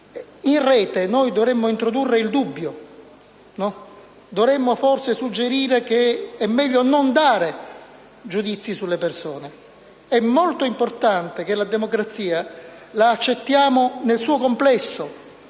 in Rete dovremmo introdurre il dubbio, dovremmo forse suggerire che è meglio non dare giudizi sulle persone. È molto importante accettare la democrazia nel suo complesso.